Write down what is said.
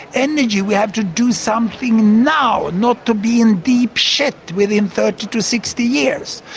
energy we have to do something now, not to be in deep shit within thirty to to sixty years.